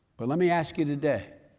but let me ask you today,